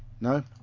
No